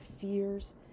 fears